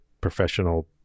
professional